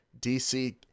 DC